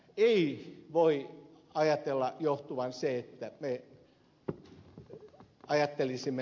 ei voi ajatella erittäin vaikeita edelleenkin